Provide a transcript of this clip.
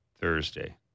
Thursday